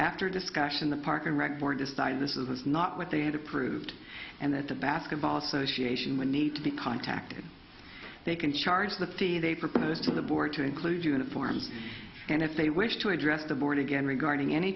after discussion the park and rec board decided this was not what they had approved and that the basketball association would need to be contacted they can charge the fee they propose to the board to include uniforms and if they wish to address the board again regarding any